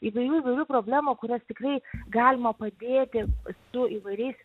įvairių įvairių problemų kurias tikrai galima padėti su įvairiais